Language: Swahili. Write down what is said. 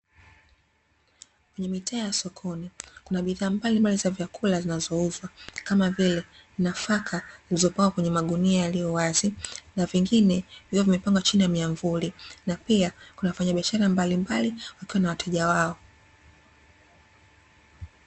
Kwenye mitaa ya sokoni kuna bidhaa mbalimbali za vyakula zinazouzwa, kama vile nafaka zilizopangwa kwenye magunia yaliyo wazi, na vingine vikiwa vimepangwa chini ya miamvuli na pia kuna wafanyabiashara mbalimbali wakiwa na wateja wao.